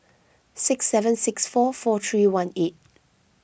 six seven six four four three one eight